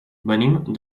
venim